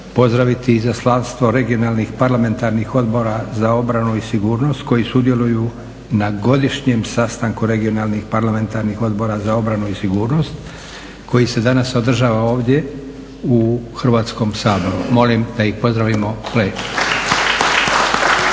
pozdraviti Izaslanstvo regionalnih parlamentarnih odbora za obranu i sigurnost koji sudjeluju na godišnjem sastanku regionalnih parlamentarnih odbora za obranu i sigurnost koji se danas održava ovdje u Hrvatskom saboru. Molim da ih pozdravimo.